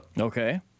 Okay